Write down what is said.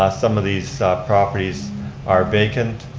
ah some of these properties are vacant.